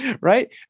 Right